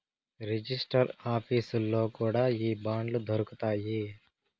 register ఆఫీసుల్లో కూడా ఈ బాండ్లు దొరుకుతాయి